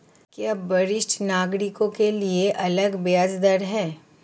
क्या वरिष्ठ नागरिकों के लिए अलग ब्याज दर है?